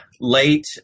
late